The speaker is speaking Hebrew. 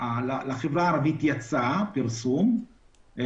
יצא פרסום לחברה הערבית.